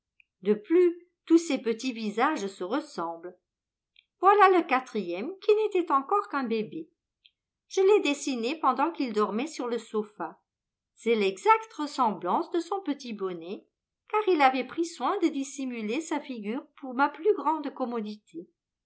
de plus tous ces petits visages se ressemblent voilà le quatrième qui n'était encore qu'un bébé je l'ai dessiné pendant qu'il dormait sur le sofa c'est l'exacte ressemblance de son petit bonnet car il avait pris soin de dissimuler sa figure pour ma plus grande commodité